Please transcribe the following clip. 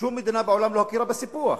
שום מדינה בעולם לא הכירה בסיפוח.